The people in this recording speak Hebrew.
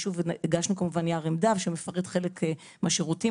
כמובן הגשנו נייר עמדה שמפרט חלק מהשירותים